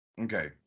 Okay